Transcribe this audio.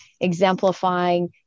exemplifying